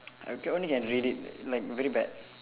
I can only read it like very bad